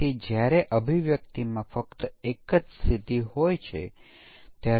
તેથી આપણી સમકક્ષ વર્ગ પાર્ટીશનોની રચના કેવી રીતે કરવી તે વિશે થોડા માર્ગદર્શિકા હોઈ શકે છે